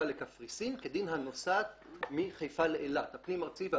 לנושא הטיסות הפנים-ארציות.